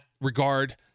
regard